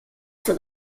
for